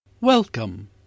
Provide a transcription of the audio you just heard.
Welcome